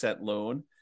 loan